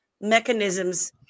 mechanisms